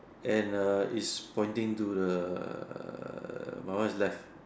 and err it's pointing to the my one is left